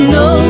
no